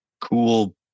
cool